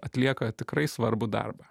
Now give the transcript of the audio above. atlieka tikrai svarbų darbą